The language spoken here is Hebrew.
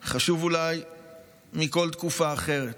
אולי חשוב יותר מבכל תקופה אחרת,